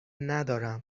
ندارم